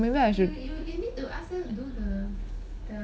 maybe I should